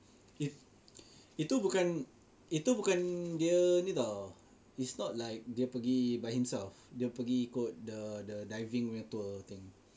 if itu bukan itu bukan dia ini [tau] is not like dia pergi by himself dia pergi ikut err the diving punya tour thing